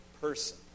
person